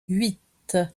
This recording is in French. huit